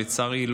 לצערי,